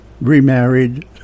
remarried